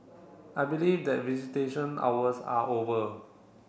I believe that visitation hours are over